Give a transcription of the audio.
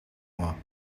moi